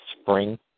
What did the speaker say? spring